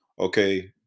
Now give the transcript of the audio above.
Okay